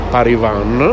Parivan